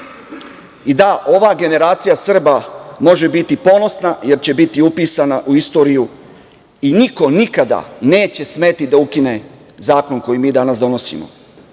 ova generacija Srbija može biti ponosna jer će biti upisana u istoriju i niko nikada neće smeti da ukine zakon koji mi danas donosimo,